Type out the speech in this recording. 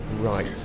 Right